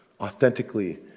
authentically